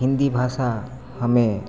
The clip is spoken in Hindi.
हिन्दी भाषा हमें